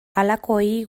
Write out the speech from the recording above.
halakoei